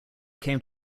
came